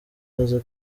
aza